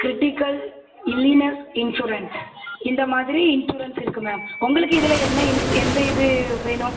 critical illness insurance இந்த மாதிரி insurance இருக்குது மேம் உங்களுக்கு இதில் என்ன எந்த இது வேணும்